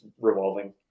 revolving